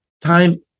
time